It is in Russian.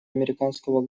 американского